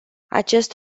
acest